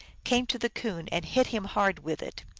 came to the coon and hit him hard with it.